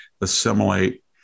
assimilate